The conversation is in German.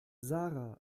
sarah